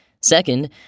Second